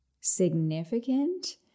significant